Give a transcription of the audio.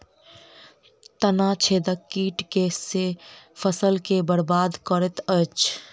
तना छेदक कीट केँ सँ फसल केँ बरबाद करैत अछि?